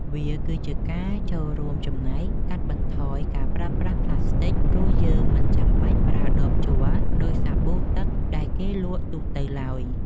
វាគឺជាការចូលរួមចំណែកកាត់បន្ថយការប្រើប្រាស់ប្លាស្ទិក ព្រោះយើងមិនចាំបាច់ប្រើដបជ័រដូចសាប៊ូទឹកដែលគេលក់ទូទៅឡើយ។